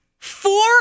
Four